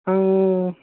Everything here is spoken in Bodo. आं